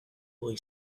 boy